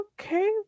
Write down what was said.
okay